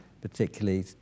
particularly